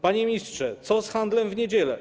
Panie ministrze, co z handlem w niedzielę?